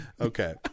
Okay